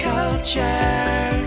Culture